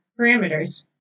parameters